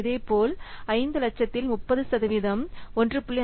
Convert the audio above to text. இதேபோல் 500000 இல் 30 சதவிகிதம் 1